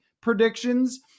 predictions